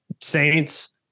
saints